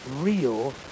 real